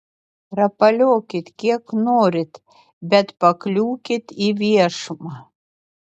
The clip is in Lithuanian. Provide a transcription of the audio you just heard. rapaliokit kiek norit bet pakliūkit į viešumą